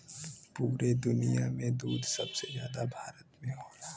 पुरे दुनिया में दूध सबसे जादा भारत में होला